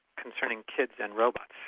concerning kids and robots,